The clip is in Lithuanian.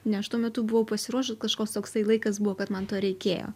ne aš tuo metu buvau pasiruošus kažkoks toksai laikas buvo kad man to reikėjo